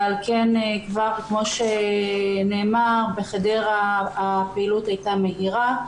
על כן כבר, כפי שנאמר, בחדרה הפעילות הייתה מהירה.